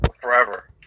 forever